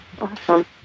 Awesome